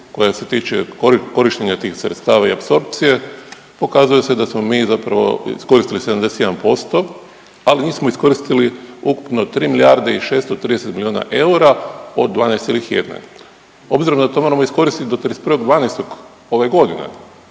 koja se tiče korištenja tih sredstava i apsorpcije, pokazuje se da smo mi zapravo iskoristili 71%, ali nismo iskoristili ukupno 3 milijarde i 630 milijuna eura od 12,1. Obzirom da to moramo iskoristili do 31.12. ove godine,